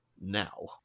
now